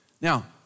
Now